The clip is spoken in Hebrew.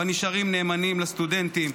אבל נשארים נאמנים לסטודנטים,